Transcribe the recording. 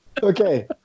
Okay